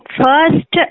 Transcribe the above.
first